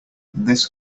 this